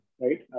right